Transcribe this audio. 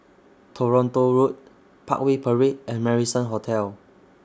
Toronto Road Parkway Parade and Marrison Hotel